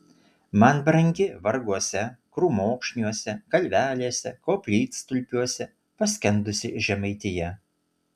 man brangi varguose krūmokšniuose kalvelėse koplytstulpiuose paskendusi žemaitija